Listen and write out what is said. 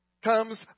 comes